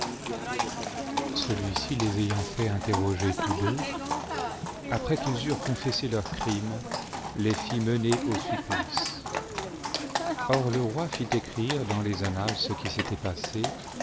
celui-ci les ayant fait interroger tous deux après qu'ils eurent confessé leur crime les fit mener au supplice or le roi fit écrire dans les annales ce qui s'était passé